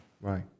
Right